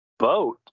vote